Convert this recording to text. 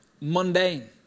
mundane